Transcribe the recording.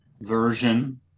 version